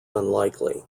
unlikely